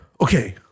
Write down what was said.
Okay